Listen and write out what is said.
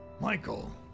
Michael